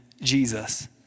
Jesus